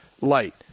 light